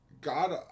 God